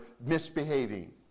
misbehaving